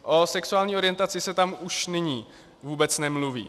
O sexuální orientaci se tam už nyní vůbec nemluví.